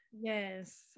Yes